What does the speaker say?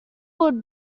would